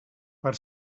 per